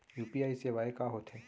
UPI सेवाएं का होथे?